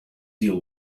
deal